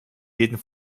jeden